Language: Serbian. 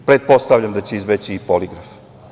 Pretpostavljam da će izbeći i poligraf.